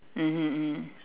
mmhmm mm